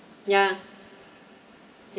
ya